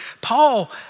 Paul